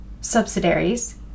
subsidiaries